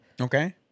Okay